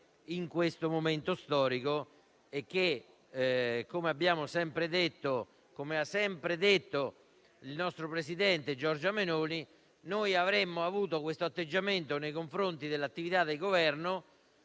in questo momento storico. Abbiamo sempre detto, e lo ha sempre ribadito il nostro presidente Giorgia Meloni, che avremmo avuto questo atteggiamento nei confronti dell'attività di Governo,